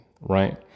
right